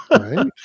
Right